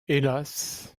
hélas